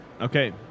Okay